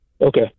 Okay